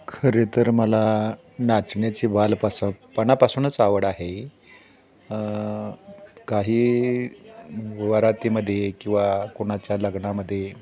खरे तर मला नाचण्याची बालपास पणापासूनच आवड आहे काही वरातीमध्ये किंवा कोणाच्या लग्नामध्ये